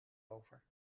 over